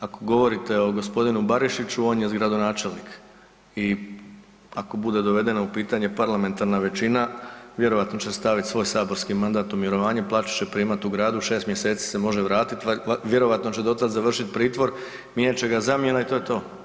Ako govorite o gospodinu Barišiću on je gradonačelnik i ako bude dovedeno u pitanje parlamentarna većina, vjerojatno će staviti svoj saborski mandat u mirovanje, plaću će primati u gradu, 6 mjeseci se može vratiti, vjerojatno će do tad završiti pritvor, mijenjat će ga zamjena i to je to.